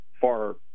far